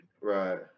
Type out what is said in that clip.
Right